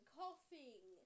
coughing